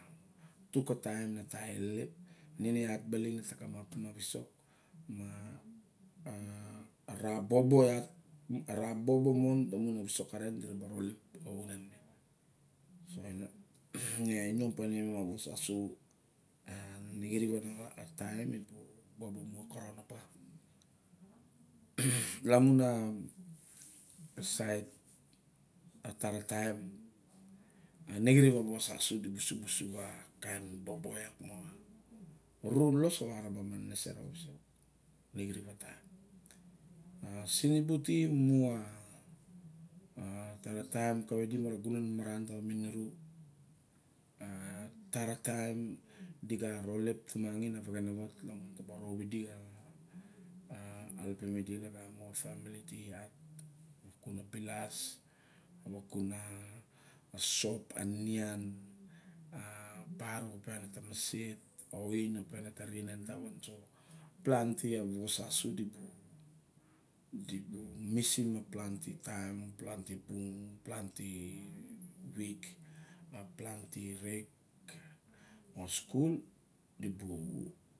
Tuk a taim talien ine iat baling na kamapim a visok, ma a rabobo iat ra bobo mon a visok karen di raba rolep ine a inom pa nime a wos asu. Ine xirip a taim ni bu bobo mon kawaga. Lamun asait, a tara taim, ine xirip a vos asu dibu subusu xa kain bobo miang. Ru lolos sa wa a raba ma nenese xa visok ine xirip a tauim. A sini bu ti mumu a, tara taim kawei di mara gunon maran ta wa minira. A tara taim di xa ralep tumangin a vexenawat lamun taba rop idi xa halpim idi lagamo xa family ti iat kun a bilas kun a sop a, nian. A barok opia neta maset, a ain opia ne ta rienen, planti a vosasu di bu, du bu misim a planti taim planti bung, plati week plantui rek moxa skul.